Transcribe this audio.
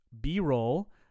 B-roll